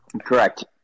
Correct